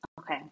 Okay